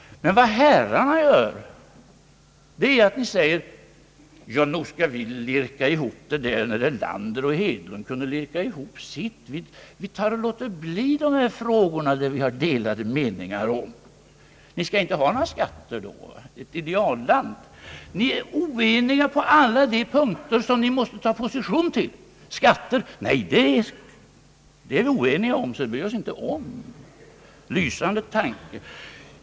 Vad herrarna gör är att ni säger, att nog skall vi kunna lirka ihop vår koalition när herr Hedlund och herr Erlander lirkade ihop sin. Ni låter bli att behandla de frågor där ni har delade meningar. Ni skall alltså inte ha några skatter då, utan Sverige skall bli ett idealland? Ni är oense på alla punkter som ni måste ta ställning till. Skatterna är ni oense om, så dem bryr ni er inte om. Det är en lysande tanke.